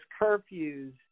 curfews